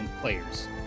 players